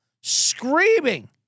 screaming